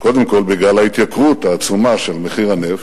קודם כול בגלל ההתייקרות העצומה של מחיר הנפט,